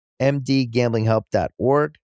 mdgamblinghelp.org